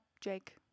Jake